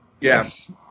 yes